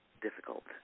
difficult